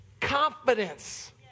confidence